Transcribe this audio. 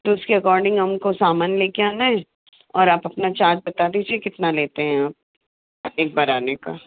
तो उसके अकॉर्डिंग हम को सामान ले के आना है और आप अपना चार्ज बता दीजिए कितना लेते हैं आप एक बार आने का